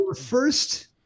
first